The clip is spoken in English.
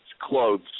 clothes